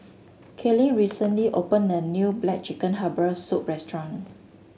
Kaelyn recently opened a new black chicken Herbal Soup restaurant